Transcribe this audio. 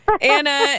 Anna